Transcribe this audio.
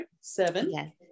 seven